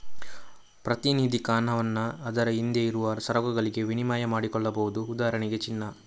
ಪ್ರಾತಿನಿಧಿಕ ಹಣವನ್ನ ಅದರ ಹಿಂದೆ ಇರುವ ಸರಕುಗಳಿಗೆ ವಿನಿಮಯ ಮಾಡಿಕೊಳ್ಬಹುದು ಉದಾಹರಣೆಗೆ ಚಿನ್ನ